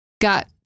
got